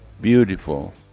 beautiful